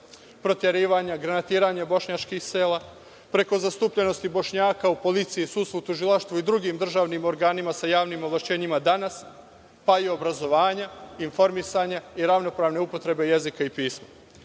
proterivanja, granatiranja bošnjačkih sela, preko zastupljenosti Bošnjaka u policiji, sudstvu, tužilaštvu i drugim državnim organima sa javnim ovlašćenjima danas, pa i obrazovanja, informisanja i ravnopravne upotrebe jezika i